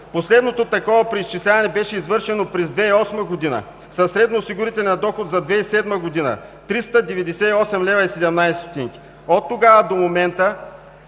Последното такова преизчисляване беше извършено 2008 г. със средноосигурителен доход за 2007 г. – 398,17 лв. Оттогава до момента